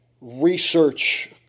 research